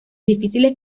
difíciles